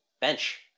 bench